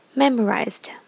memorized